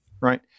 Right